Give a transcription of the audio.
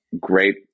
Great